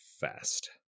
fast